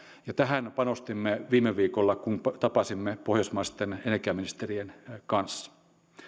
ja tähän me panostimme viime viikolla kun tapasimme pohjoismaisten energiaministerien kanssa